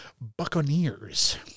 Buccaneers